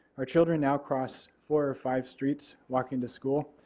our children now cross four or five straits walking to school.